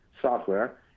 software